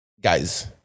guys